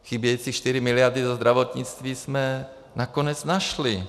Chybějící čtyři miliardy do zdravotnictví jsme nakonec našli.